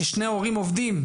ששני ההורים עובדים,